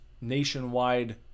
nationwide